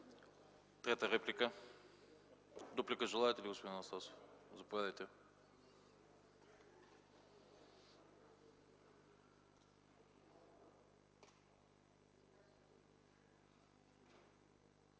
Трета реплика? Няма. Дуплика желаете ли, господин Анастасов? Заповядайте.